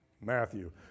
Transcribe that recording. Matthew